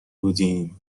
بودیم